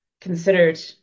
considered